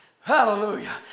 Hallelujah